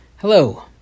Hello